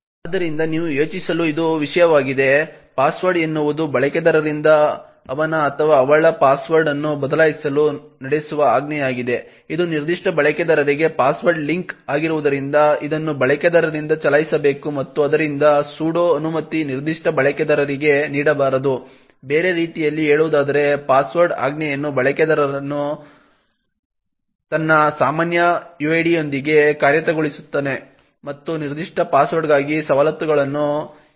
ಆದ್ದರಿಂದ ನೀವು ಯೋಚಿಸಲು ಇದು ವಿಷಯವಾಗಿದೆ ಪಾಸ್ವರ್ಡ್ ಎನ್ನುವುದು ಬಳಕೆದಾರರಿಂದ ಅವನ ಅಥವಾ ಅವಳ ಪಾಸ್ವರ್ಡ್ ಅನ್ನು ಬದಲಾಯಿಸಲು ನಡೆಸುವ ಆಜ್ಞೆಯಾಗಿದೆ ಇದು ನಿರ್ದಿಷ್ಟ ಬಳಕೆದಾರರಿಗೆ ಪಾಸ್ವರ್ಡ್ ಲಿಂಕ್ ಆಗಿರುವುದರಿಂದ ಇದನ್ನು ಬಳಕೆದಾರರಿಂದ ಚಲಾಯಿಸಬೇಕು ಮತ್ತು ಆದ್ದರಿಂದ ಸುಡೋ ಅನುಮತಿ ನಿರ್ದಿಷ್ಟ ಬಳಕೆದಾರರಿಗೆ ನೀಡಬಾರದು ಬೇರೆ ರೀತಿಯಲ್ಲಿ ಹೇಳುವುದಾದರೆ ಪಾಸ್ವರ್ಡ್ ಆಜ್ಞೆಯನ್ನು ಬಳಕೆದಾರನು ತನ್ನ ಸಾಮಾನ್ಯ ಯುಐಡಿಯೊಂದಿಗೆ ಕಾರ್ಯಗತಗೊಳಿಸುತ್ತಾನೆ ಮತ್ತು ನಿರ್ದಿಷ್ಟ ಪಾಸ್ವರ್ಡ್ಗಾಗಿ ಸವಲತ್ತುಗಳನ್ನು ಹೆಚ್ಚಿಸುವ ಅಗತ್ಯವಿಲ್ಲ